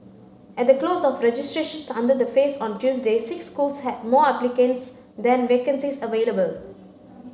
at the close of registrations under the phase on Tuesday six schools had more applicants than vacancies available